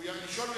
הוא רשאי לשאול.